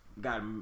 got